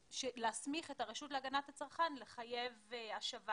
להסמיך את הרשות להגנת הצרכן לחייב השבה